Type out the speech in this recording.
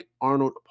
Arnold